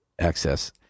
access